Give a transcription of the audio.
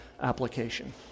application